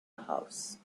house